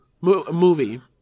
movie